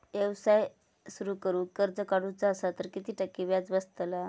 व्यवसाय सुरु करूक कर्ज काढूचा असा तर किती टक्के व्याज बसतला?